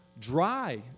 dry